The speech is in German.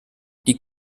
die